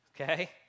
Okay